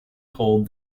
hold